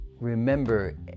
remember